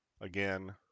again